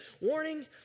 Warning